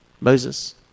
Moses